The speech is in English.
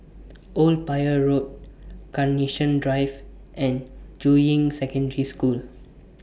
Old Pier Road Carnation Drive and Juying Secondary School